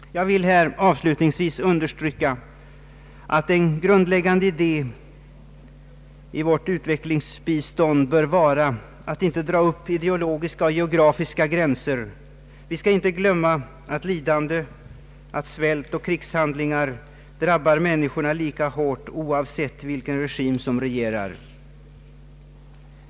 Avslutningsvis vill jag understryka att en grundläggande idé i vårt utvecklingsbistånd bör vara att inte dra upp ideologiska och geografiska gränser. Vi skall inte glömma att lidande, svält och krigshandlingar drabbar människorna lika hårt, oavsett vilken regim som råder.